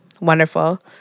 Wonderful